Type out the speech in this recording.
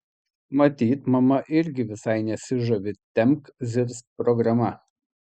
matyt mama irgi visai nesižavi tempk zirzk programa